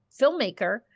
filmmaker